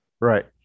Right